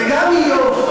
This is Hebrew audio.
וגם איוב,